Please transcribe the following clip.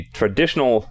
traditional